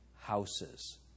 houses